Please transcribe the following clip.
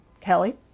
kelly